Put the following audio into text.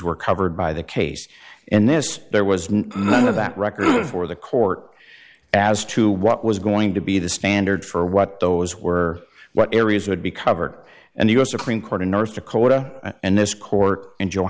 were covered by the case and this there was none of that record before the court as to what was going to be the standard for what those were what areas would be covered and the u s supreme court in north dakota and this court